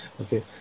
Okay